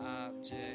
object